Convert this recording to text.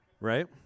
right